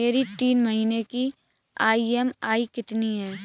मेरी तीन महीने की ईएमआई कितनी है?